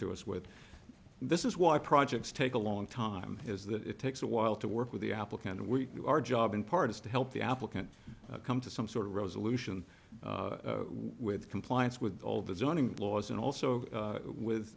to us with this is why projects take a long time is that it takes a while to work with the applique and we our job in part is to help the applicant come to some sort of resolution with compliance with all the zoning laws and also